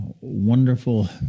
wonderful